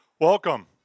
Welcome